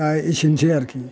दा एसिनसै आरखि